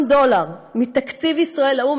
דולר מתקציב ישראל לאו"ם.